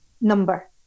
number